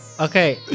Okay